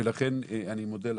ולכן אני מודה לך,